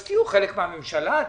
אז תהיו חלק מן הממשלה,